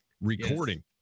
recording